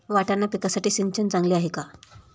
वाटाणा पिकासाठी सिंचन चांगले आहे का?